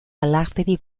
alarderik